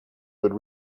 would